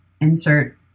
insert